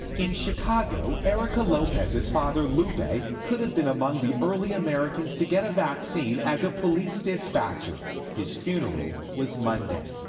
in chicago erica lopez's father lupe could have been among the early americans to get a vaccine as a police dispatcher. his funeral was monday.